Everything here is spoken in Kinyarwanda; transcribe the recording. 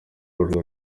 urwo